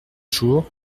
jour